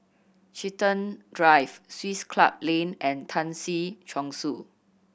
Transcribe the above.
Chiltern Drive Swiss Club Lane and Tan Si Chong Su